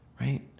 right